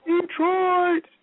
Detroit